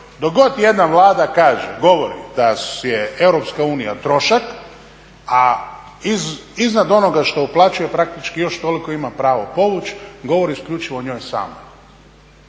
god jedna Vlada kaže, govori da je EU trošak, a iznad onoga što uplaćuje praktički još toliko ima pravo povući, govori isključivo o njoj samoj.